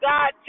God